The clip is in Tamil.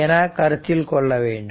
என கருத்தில் கொள்ள வேண்டும்